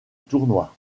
tournoi